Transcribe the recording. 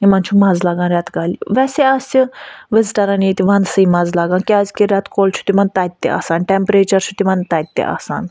یِمَن چھُ مَزٕ لَگان رٮ۪تہٕ کالہِ ویسے آسہِ وِزِٹَرَن ییٚتہِ وَنٛدسٕے مَزٕ لَگان کیٛازِکہِ رٮ۪تہٕ کول چھُ تِمَن تَتہِ تہِ آسان ٹیمپریچَر چھُ تِمَن تَتہِ تہِ آسان